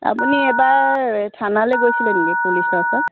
আপুনি এবাৰ থানালৈ গৈছিলে নেকি পুলিচৰ ওচৰত